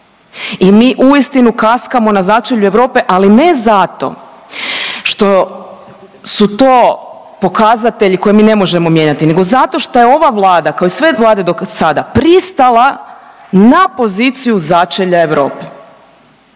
I mi uistinu kaskamo na začelju Europe, ali ne zato što su to pokazatelji koje mi ne možemo mijenjati, nego zato što je ova Vlada kao i sve Vlade dosada pristala na poziciju začelja Europe.